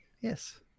Yes